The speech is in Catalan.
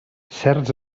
certs